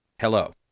hello